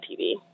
TV